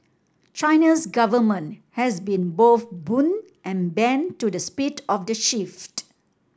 China's government has been both boon and bane to the speed of the shift